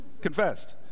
confessed